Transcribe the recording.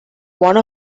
one